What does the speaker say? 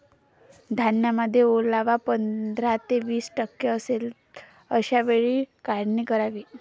धान्यामध्ये ओलावा पंधरा ते वीस टक्के असेल अशा वेळी काढणी करावी